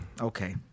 okay